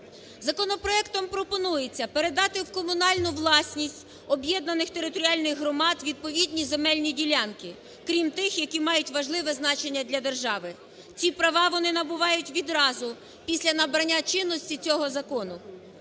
Законопроектом пропонується передати в комунальну власність об'єднаних територіальних громад відповідні земельні ділянки, крім тих, які мають важливе значення для держави. Ці права вони набувають відразу після набрання чинності цього закону.